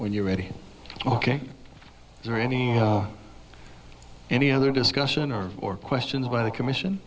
when you're ready ok is there any any other discussion or or questions by the commission